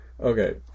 Okay